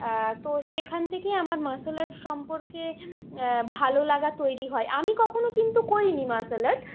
তো সেখান থেকেই আমার মার্শাল আর্ট সম্পর্কে ভালোলাগা তৈরি হয় আমি কখনও কিন্তু করিনি মার্শাল আর্ট